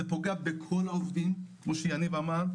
זה פוגע בכל העובדים, כמו שיניב אמר.